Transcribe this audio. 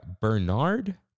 Bernard